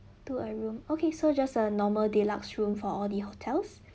to a room okay so just a normal deluxe room for all the hotels